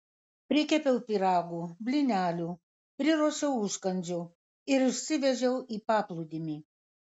prikepiau pyragų blynelių priruošiau užkandžių ir išsivežiau į paplūdimį